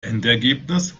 endergebnis